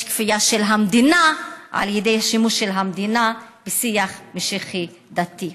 יש כפייה של המדינה על ידי שימוש של המדינה בשיח משיחי דתי.